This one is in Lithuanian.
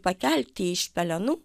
pakelti iš pelenų